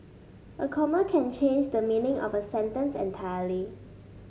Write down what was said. a comma can change the meaning of a sentence entirely